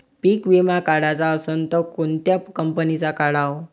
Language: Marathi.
पीक विमा काढाचा असन त कोनत्या कंपनीचा काढाव?